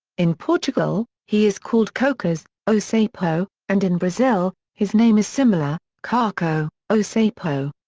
in portugal, he is called cocas, o sapo, and in brazil, his name is similar caco, o sapo.